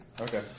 Okay